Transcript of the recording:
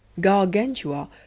Gargantua